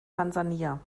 tansania